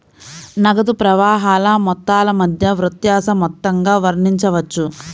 నగదు ప్రవాహాల మొత్తాల మధ్య వ్యత్యాస మొత్తంగా వర్ణించవచ్చు